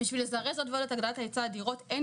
כדי לזרז ולהגדיל את היצע הדירות אין